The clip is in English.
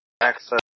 access